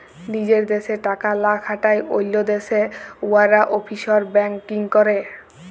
লিজের দ্যাশে টাকা লা খাটায় অল্য দ্যাশে উয়ারা অফশর ব্যাংকিং ক্যরে